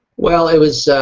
well, it was so